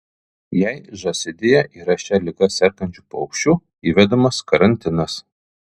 jei žąsidėje yra šia liga sergančių paukščių įvedamas karantinas